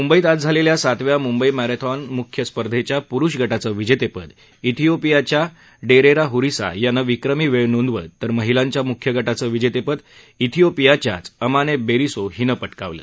मुंबईत आज झालेल्या सातव्या मुंबई मॅरेथॉन मुख्य स्पर्धेच्या पुरुष गटाचं विजेतेपद इथिओपियाच्या डेरेरा हुरीसा यानं विक्रमी वेळ नोंदवत तर महिलांच्या मुख्य गटाचं विजेतेपद इथिओपियाच्याच अमाने बेरिसो हिनं पटकावलं